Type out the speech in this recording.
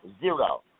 zero